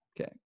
Okay